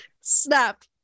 Snap